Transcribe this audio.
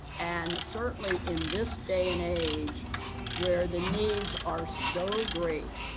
and certainly in this day and age where the needs are so great,